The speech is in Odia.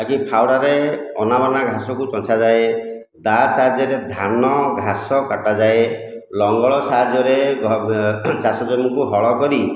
ବାକି ଫାଉଡ଼ାରେ ଅନା ବନା ଘାସକୁ ଚଞ୍ଚାଯାଏ ଦାଆ ସାହାଯ୍ୟରେ ଧାନ ଘାସ କଟାଯାଏ ଲଙ୍ଗଳ ସାହାଯ୍ୟରେ ଚାଷ ଜମିକୁ ହଳ କରି